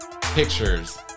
Pictures